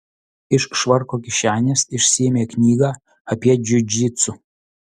iš švarko kišenės išsiėmė knygą apie džiudžitsu